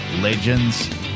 Legends